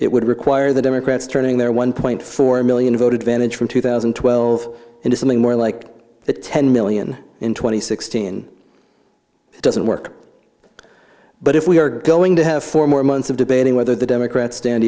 it would require the democrats turning their one point four million voted vantage from two thousand and twelve into something more like ten million in two thousand and sixteen doesn't work but if we are going to have four more months of debating whether the democrats stand